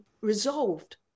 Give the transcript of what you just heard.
resolved